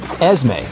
Esme